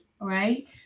right